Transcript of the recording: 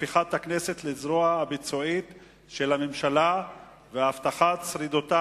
הפיכת הכנסת לזרוע הביצועית של הממשלה והבטחת שרידותה